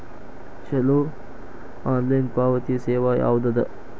ಛಲೋ ಆನ್ಲೈನ್ ಪಾವತಿ ಸೇವಾ ಯಾವ್ದದ?